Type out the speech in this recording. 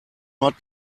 not